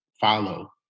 follow